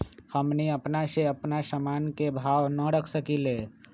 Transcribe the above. हमनी अपना से अपना सामन के भाव न रख सकींले?